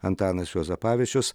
antanas juozapavičius